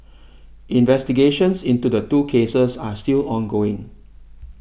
investigations into the two cases are still ongoing